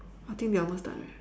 I think they are almost done already